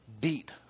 beat